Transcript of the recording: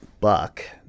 Buck